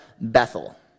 Bethel